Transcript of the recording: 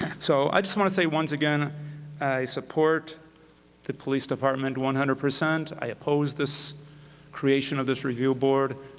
so i just want to say once again i support the police department one hundred percent, i oppose this creation of this review board.